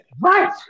Right